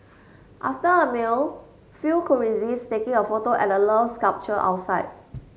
after a meal few could resist taking a photo at the Love sculpture outside